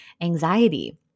anxiety